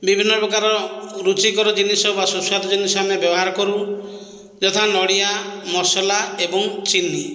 ବିଭିନ୍ନପ୍ରକାର ରୁଚିକର ଜିନିଷ ବା ସୁସ୍ଵାଦ ଜିନିଷ ଆମେ ବ୍ୟବହାର କରୁ ଯଥା ନଡ଼ିଆ ମସଲା ଏବଂ ଚିନି